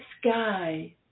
sky